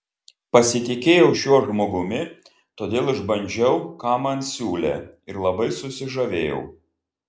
pasitikėjau šiuo žmogumi todėl išbandžiau ką man siūlė ir labai susižavėjau